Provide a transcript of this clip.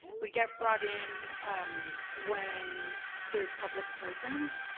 we get brought in um when there's public programs,